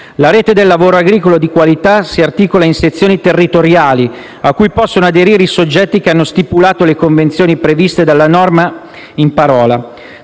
La Rete del lavoro agricolo di qualità si articola in sezioni territoriali a cui possono aderire i soggetti che hanno stipulato le convenzioni previste dalla norma in parola.